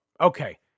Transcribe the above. Okay